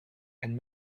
and